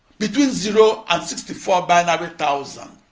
between zero and sixty four binary thousand.